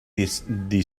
the